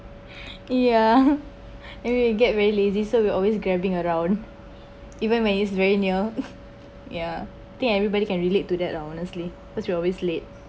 ya and we get really lazy so we'll always grabbing around even when it’s very near ya I think everybody can relate to that ah honestly because we always late